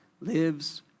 lives